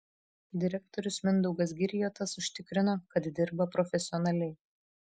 direktorius mindaugas girjotas užtikrino kad dirba profesionaliai